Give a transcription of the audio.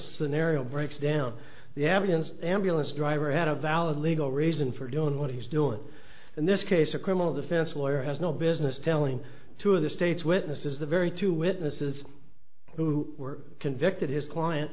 scenario breaks down the evidence ambulance driver had a valid legal reason for doing what he's doing and this case a criminal defense lawyer has no business telling two of the state's witnesses the very two witnesses who were convicted his client